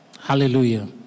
Hallelujah